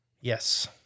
yes